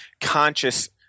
conscious